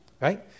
Right